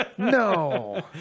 No